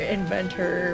Inventor